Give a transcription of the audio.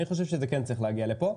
אני חושב שזה כן צריך להגיע לפה.